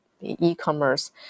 E-commerce